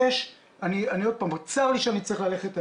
צר לי שאני צריך ללכת,